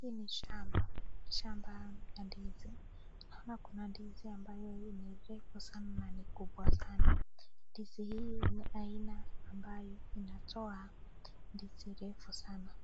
Hii ni shamba, shimba la ndizi ,naona kuna ndizi ambayo refu sana na ni kubwa sana, ndizi hii ni aina ambayo inatoa ndizi refu sana,